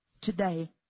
today